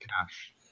cash